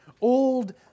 old